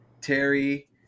Terry